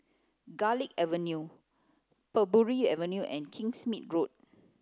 Garlick Avenue Parbury Avenue and Kingsmead Road